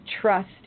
trust